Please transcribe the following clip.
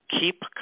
keep